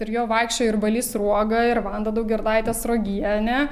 ir juo vaikščiojo ir balys sruoga ir vanda daugirdaitė sruogienė